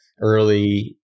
early